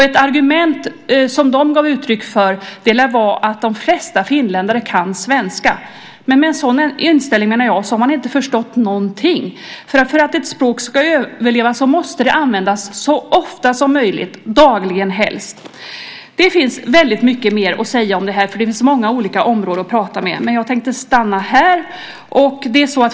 Ett argument som de gav uttryck för var att de flesta finländare kan svenska. Men med en sådan inställning menar jag att man inte har förstått någonting. För att ett språk ska överleva måste det användas så ofta som möjligt, helst dagligen. Det finns väldigt mycket mer att säga om detta eftersom det finns väldigt många områden att ta upp. Men jag tänkte sluta här.